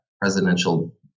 presidential